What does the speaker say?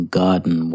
garden